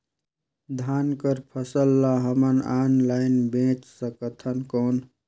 धान कर फसल ल हमन ऑनलाइन बेच सकथन कौन?